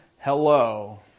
Hello